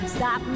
Stop